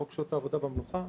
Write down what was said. חוק שעות העבודה והמנוחה,